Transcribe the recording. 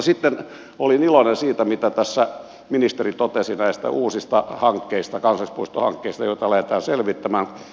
sitten olin iloinen siitä mitä tässä ministeri totesi näistä uusista kansallispuistohankkeista joita lähdetään selvittämään